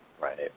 Right